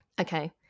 Okay